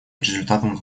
результатом